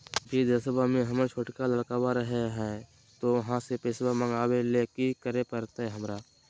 बिदेशवा में हमर छोटका लडकवा रहे हय तो वहाँ से पैसा मगाबे ले कि करे परते हमरा?